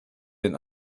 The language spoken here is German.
den